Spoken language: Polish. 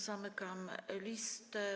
Zamykam listę.